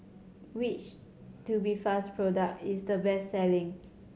which Tubifast product is the best selling